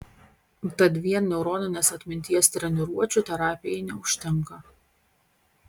tad vien neuroninės atminties treniruočių terapijai neužtenka